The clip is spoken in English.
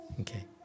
Okay